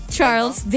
Charles